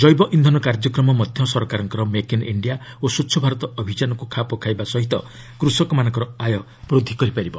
ଜୈବ ଇନ୍ଧନ କାର୍ଯ୍ୟକ୍ରମ ମଧ୍ୟ ସରକାରଙ୍କ ମେକ୍ ଇନ୍ ଇଣ୍ଡିଆ ଓ ସ୍ୱଚ୍ଛ ଭାରତ ଅଭିଯାନକୁ ଖାପ ଖାଇବା ସହିତ କୃଷକମାନଙ୍କର ଆୟ ବୃଦ୍ଧି କରିପାରିବ